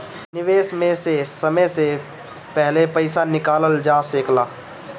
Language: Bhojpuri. निवेश में से समय से पहले पईसा निकालल जा सेकला?